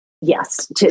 Yes